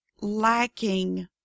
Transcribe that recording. lacking